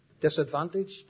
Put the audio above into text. disadvantaged